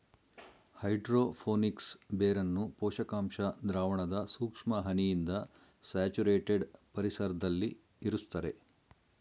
hydro phonics ಬೇರನ್ನು ಪೋಷಕಾಂಶ ದ್ರಾವಣದ ಸೂಕ್ಷ್ಮ ಹನಿಯಿಂದ ಸ್ಯಾಚುರೇಟೆಡ್ ಪರಿಸರ್ದಲ್ಲಿ ಇರುಸ್ತರೆ